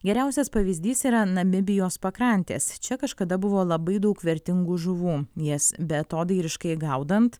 geriausias pavyzdys yra namibijos pakrantės čia kažkada buvo labai daug vertingų žuvų jas beatodairiškai gaudant